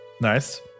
Nice